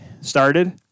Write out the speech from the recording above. started